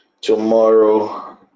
Tomorrow